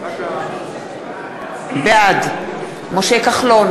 בעד משה כחלון,